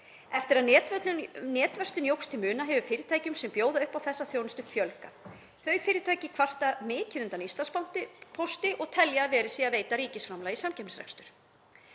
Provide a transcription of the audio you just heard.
Eftir að netverslun jókst til muna hefur fyrirtækjum sem bjóða upp á þessa þjónustu fjölgað. Þau fyrirtæki kvarta mikið undan Íslandspósti og telja að verið sé að veita ríkisframlag í samkeppnisrekstur.